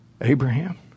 Abraham